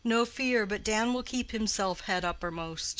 no fear but dan will keep himself head uppermost.